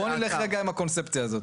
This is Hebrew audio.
בוא נלך רגע עם הקונספציה הזאת.